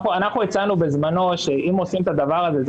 אנחנו הצענו בזמנו שאם עושים את הדבר הזה,